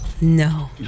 No